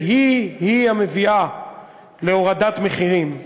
שהיא-היא המביאה להורדת מחירים.